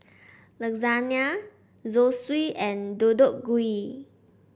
Lasagne Zosui and Deodeok Gui